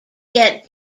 get